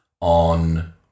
on